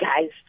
guys